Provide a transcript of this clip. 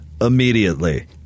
immediately